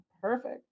perfect